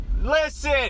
Listen